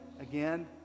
Again